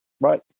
Right